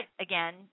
again